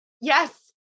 Yes